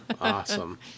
Awesome